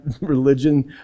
religion